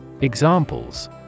Examples